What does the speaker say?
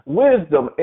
wisdom